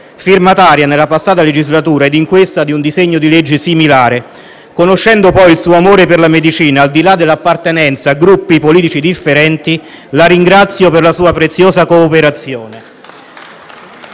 firmataria, nella scorsa legislatura e in questa, di un disegno di legge similare. Conoscendo, poi, il suo amore per la medicina, al di là della appartenenza a Gruppi politici differenti, la ringrazio per la sua preziosa cooperazione.